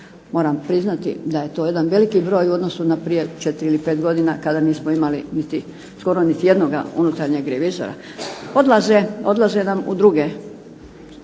Moram priznati da je to jedan veliki broj u odnosu na prije 4 ili 5 godina kada nismo imali skoro niti jednoga unutarnjeg revizora. Odlaze nam u druge